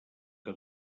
que